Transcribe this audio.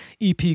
EP